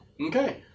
Okay